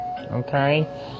okay